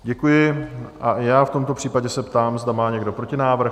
Děkuji a i já v tomto případě se ptám, zda má někdo protinávrh?